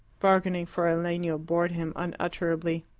bargaining for a legno bored him unutterably.